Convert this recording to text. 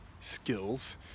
skills